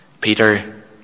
Peter